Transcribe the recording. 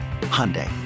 Hyundai